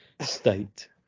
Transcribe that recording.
state